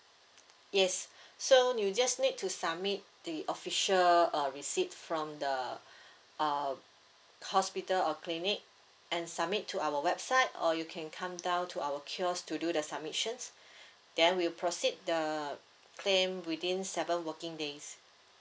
yes so you just need to submit the official uh receipt from the uh hospital or clinic and submit to our website or you can come down to our kiosk to do the submissions then we'll proceed the claim within seven working days